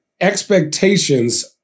expectations